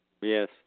Yes